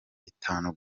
itanu